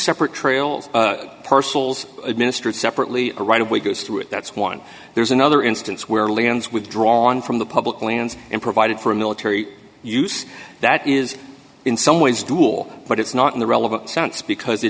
separate trails parcels administered separately a right of way goes through it that's one there's another instance where leon's withdrawn from the public lands and provided for a military use that is in some ways dual but it's not in the relevant sense because